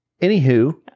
Anywho